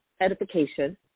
edification